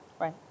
Right